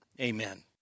amen